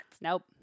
Nope